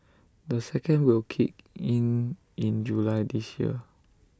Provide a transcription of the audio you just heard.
the second will kick in in July this year